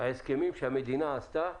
ההסכמים שהמדינה עשתה